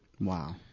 Wow